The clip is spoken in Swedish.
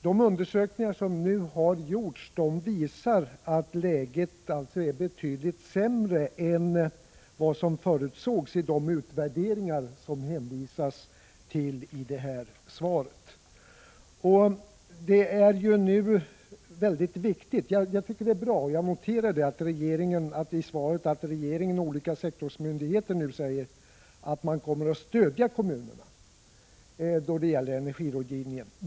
De undersökningar som har gjorts visar att läget är betydligt sämre än man förutsåg i de utvärderingar som bostadsministern hänvisar till i svaret. Det är bra att i svaret kunna notera att regeringen och olika sektormyndigheter kommer att stödja kommunerna då det gäller energirådgivning.